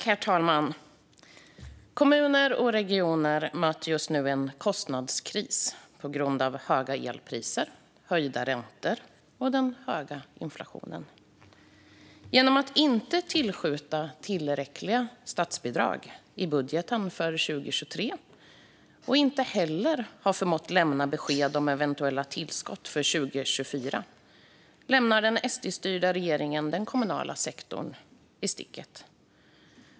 Herr talman! Kommuner och regioner möter just nu en kostnadskris på grund av höga elpriser, höjda räntor och hög inflation. Genom att inte tillskjuta tillräckliga statsbidrag i budgeten för 2023 och eftersom den inte heller har förmått lämna besked om eventuella tillskott för 2024 lämnar den SD-styrda regeringen den kommunala sektorn i sticket.